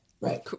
right